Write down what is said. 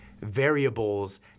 variables